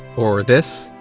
or this?